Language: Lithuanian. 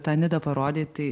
tą nidą parodei tai